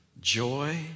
joy